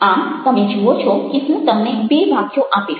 આમ તમે જુઓ છો કે હું તમને બે વાક્યો આપીશ